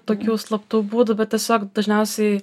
tokių slaptų būdų bet tiesiog dažniausiai